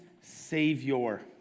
Savior